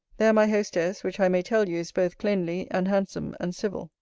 there my hostess, which i may tell you is both cleanly, and handsome, and civil,